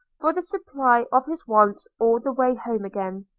for the supply of his wants all the way home again.